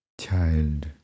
child